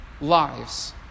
lives